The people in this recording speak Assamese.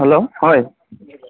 হেল্ল' হয়